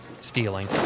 Stealing